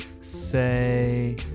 say